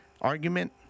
argument